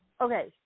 Okay